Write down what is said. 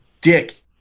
dick